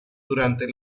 durante